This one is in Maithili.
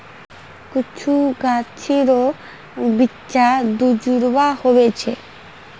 कुछु गाछी रो बिच्चा दुजुड़वा हुवै छै